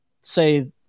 say